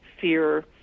fear